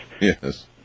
Yes